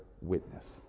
witness